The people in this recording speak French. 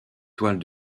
toile